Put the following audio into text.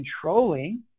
controlling